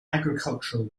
agricultural